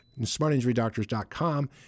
smartinjurydoctors.com